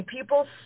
People